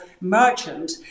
merchant